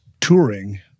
touring